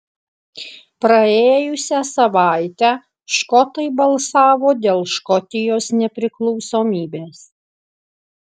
praėjusią savaitę škotai balsavo dėl škotijos nepriklausomybės